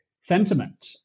sentiment